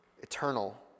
eternal